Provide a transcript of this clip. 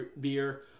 beer